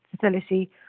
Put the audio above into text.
facility